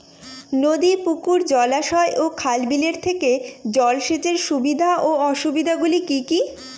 নদী পুকুর জলাশয় ও খাল বিলের থেকে জল সেচের সুবিধা ও অসুবিধা গুলি কি কি?